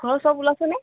হয় চব ওলাইছে নে